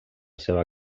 seva